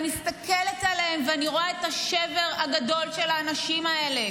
אני מסתכלת עליהם ואני רואה את השבר הגדול של האנשים האלה,